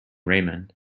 raymond